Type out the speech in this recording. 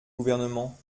gouvernement